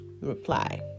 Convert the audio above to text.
reply